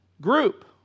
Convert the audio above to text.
group